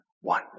one